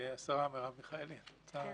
השרה מרב מיכאלי בבקשה.